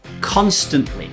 constantly